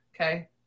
okay